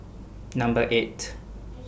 Number eight